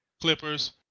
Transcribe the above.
clippers